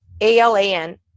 A-L-A-N